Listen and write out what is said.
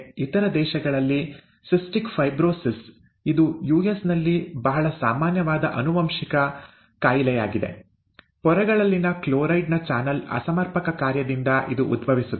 ಇತರ ದೇಶಗಳಲ್ಲಿ cystic fibrosis ಇದು ಯುಎಸ್ ನಲ್ಲಿ ಬಹಳ ಸಾಮಾನ್ಯವಾದ ಆನುವಂಶಿಕ ಕಾಯಿಲೆಯಾಗಿದೆ ಪೊರೆಗಳಲ್ಲಿನ ಕ್ಲೋರೈಡ್ ನ ಚಾನಲ್ ಅಸಮರ್ಪಕ ಕಾರ್ಯದಿಂದ ಇದು ಉದ್ಭವಿಸುತ್ತದೆ